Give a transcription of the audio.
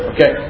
Okay